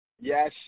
Yes